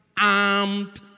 armed